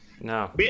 No